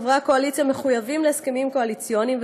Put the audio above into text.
חברי הקואליציה מחויבים להסכמים קואליציוניים,